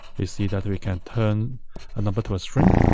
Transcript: we see that we can turn a number to a string,